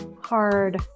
hard